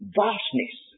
vastness